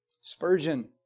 Spurgeon